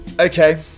Okay